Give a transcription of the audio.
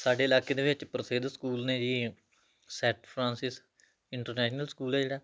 ਸਾਡੇ ਇਲਾਕੇ ਦੇ ਵਿੱਚ ਪ੍ਰਸਿੱਧ ਸਕੂਲ ਨੇ ਜੀ ਸੈਟ ਫਰਾਂਸਿਸ ਇੰਟਰਨੈਸ਼ਨਲ ਸਕੂਲ ਹੈ ਜਿਹੜਾ